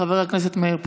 חבר הכנסת מאיר פרוש,